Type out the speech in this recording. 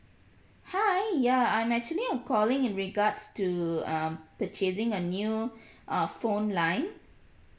hi ya I'm actually I'm calling in regards to uh purchasing a new uh phone line